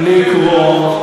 הופתעתי לקרוא,